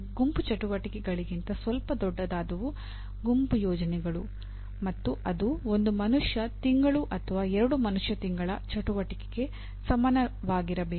ಗುಂಪು ಚಟುವಟಿಕೆಗಳಿಗಿಂತ ಸ್ವಲ್ಪ ದೊಡ್ಡದಾದವು ಗುಂಪು ಯೋಜನೆಗಳು ಮತ್ತು ಅದು ಒಂದು ಮನುಷ್ಯ ತಿಂಗಳು ಅಥವಾ ಎರಡು ಮನುಷ್ಯ ತಿಂಗಳ ಚಟುವಟಿಕೆಗೆ ಸಮನಾಗಿರಬಹುದು